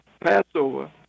Passover